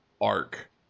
arc